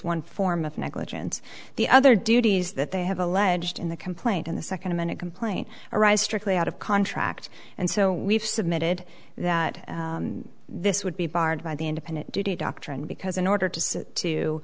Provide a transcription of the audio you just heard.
one form of negligence the other duties that they have alleged in the complaint and the second a minute complaint arise strictly out of contract and so we've submitted that this would be barred by the independent duty doctrine because in order to